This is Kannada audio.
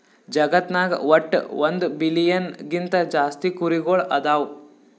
ಜಗತ್ನಾಗ್ ವಟ್ಟ್ ಒಂದ್ ಬಿಲಿಯನ್ ಗಿಂತಾ ಜಾಸ್ತಿ ಕುರಿಗೊಳ್ ಅದಾವ್